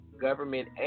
government